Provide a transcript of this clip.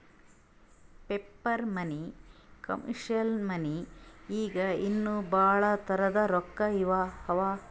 paper money, commercial money ಹಿಂಗೆ ಇನ್ನಾ ಭಾಳ್ ತರದ್ ರೊಕ್ಕಾ ಅವಾ